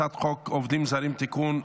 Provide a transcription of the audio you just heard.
הצעת חוק עובדים זרים (תיקון,